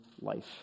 life